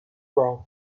ground